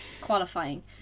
qualifying